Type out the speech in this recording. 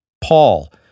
Paul